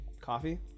coffee